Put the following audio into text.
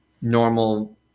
normal